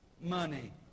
money